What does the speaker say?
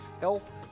health